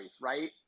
right